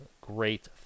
great